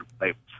labels